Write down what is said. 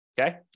okay